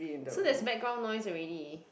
so there's background noise already